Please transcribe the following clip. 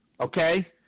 okay